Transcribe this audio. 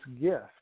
gift